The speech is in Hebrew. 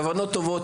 יש כוונות טובות,